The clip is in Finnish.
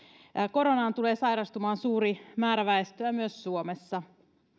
koronaan tulee sairastumaan suuri määrä väestöä myös suomessa